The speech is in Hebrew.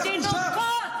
תפסיקו עם זה.